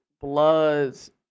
Bloods